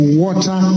water